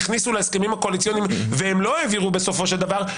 הכניסו להסכמים הקואליציוניים והם לא העבירו בסופו של דבר,